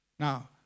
Now